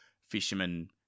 fisherman